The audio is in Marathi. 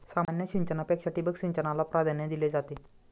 सामान्य सिंचनापेक्षा ठिबक सिंचनाला प्राधान्य दिले जाते